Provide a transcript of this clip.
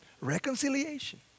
Reconciliation